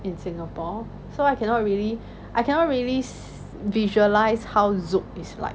in singapore so I cannot really I cannot really visualise how zouk is like